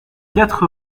quatre